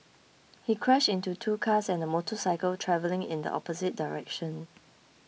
he crashed into two cars and a motorcycle travelling in the opposite direction